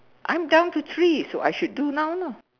I'm down to three so I should do now you know